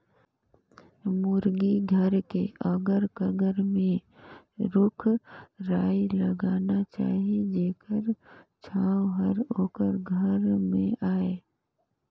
मुरगी घर के अगर कगर में रूख राई लगाना चाही जेखर छांए हर ओखर घर में आय